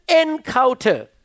encounter